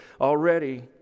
Already